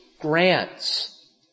grants